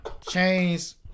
Chains